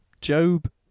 Job